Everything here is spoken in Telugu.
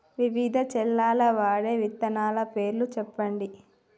వివిధ చేలల్ల వాడే విత్తనాల పేర్లు చెప్పండి?